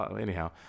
anyhow